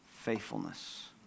faithfulness